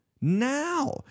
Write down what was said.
now